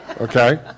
Okay